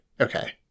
Okay